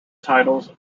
titles